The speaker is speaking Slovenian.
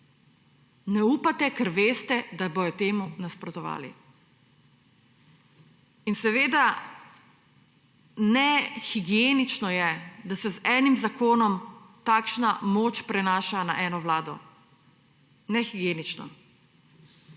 Ne upate, ker veste, da bojo temu nasprotovali. In seveda, nehigienično je, da se z enim zakonom takšna moč prenaša na eno Vlado. Nehigienično.